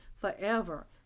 forever